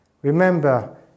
Remember